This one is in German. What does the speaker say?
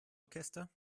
orchester